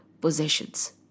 possessions